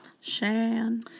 Shan